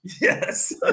Yes